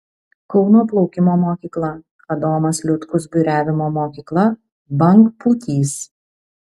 kauno plaukimo mokykla adomas liutkus buriavimo mokykla bangpūtys